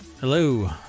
Hello